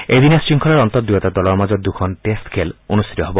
এদিনীয়া শৃংখলাৰ অন্তত দুয়োটা দলৰ মাজত দুখন টেষ্ট খেল অনুষ্ঠিত হ'ব